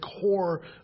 core